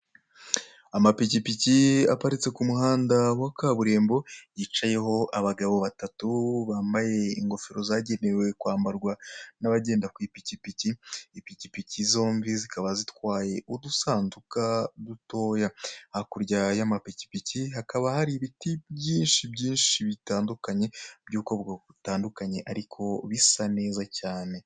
Amapikipiki aparitse ku muhanda wa kaburimbo yicayeho abagabo batatu bambaye ingofero zagenewe kwambarwa n'abagenda ku ipikipiki, ipikipiki zombi zikaba zitwaye udusanduka dutoya. Hakurya y'amapikipiki hakaba hari ibiti byinshi byinshi bitandukanye by'ubwoko butandukanye ariko bisa neza cyane.